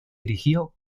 erigió